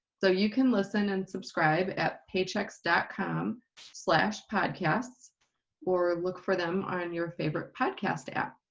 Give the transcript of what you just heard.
so you can listen and subscribe at paychex dot com slash podcasts or look for them on your favorite podcast app.